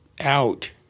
out